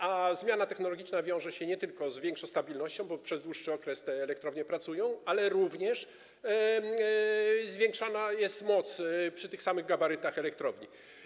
A zmiana technologiczna wiąże się nie tylko z większą stabilnością, bo przez dłuższy okres te elektrownie pracują, ale również zwiększana jest moc przy tych samych gabarytach elektrowni.